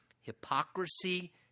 hypocrisy